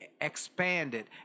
expanded